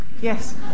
Yes